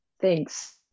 Thanks